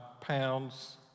pounds